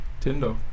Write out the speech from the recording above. Tinder